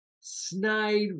snide